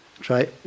Try